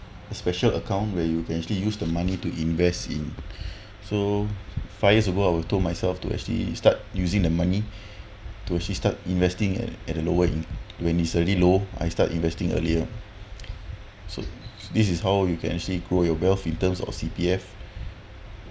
a special account where you can actually use the money to invest in so five years ago I will told myself to actually start using the money to actually start investing at at the lower when it's really low I start investing earlier so this is how you can actually grow your wealth in terms of C_P_F